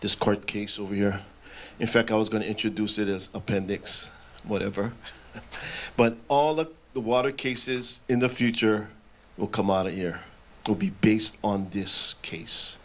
this court case over here in fact i was going to introduce it is appendix whatever but all of the water cases in the future will come out of here will be based on this case